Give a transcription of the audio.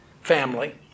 family